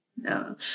no